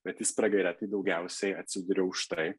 bet jis pragare tai daugiausiai atsiduria už tai